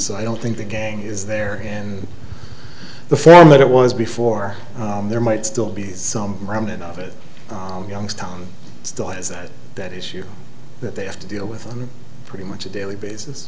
so i don't think the gang is there in the form that it was before there might still be some remnant of it youngstown still has that issue that they have to deal with on pretty much a daily basis